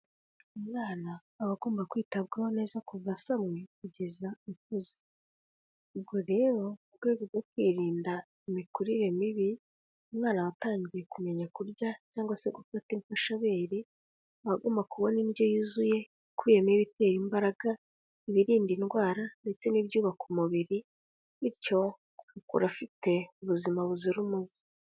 Umwana aba agomba kwitabwaho neza kuva asamwe kugeza akuze, ubwo rero mu rwego rwo kwirinda imikurire mibi umwana watangiye kumenya kurya cyangwa se gufata imfashabere; aba agomba kubona indyo yuzuye ikubiyemo ibitera imbaraga, ibirinda indwara ndetse n'ibyubaka umubiri, bityo agakura afite ubuzima buzira umuze.